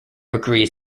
agrees